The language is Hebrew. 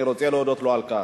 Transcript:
אני רוצה להודות לו על כך.